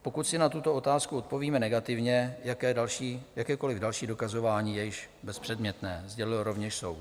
Pokud si na tuto otázku odpovíme negativně, jakékoliv další dokazování je již bezpředmětné, sdělil rovněž soud.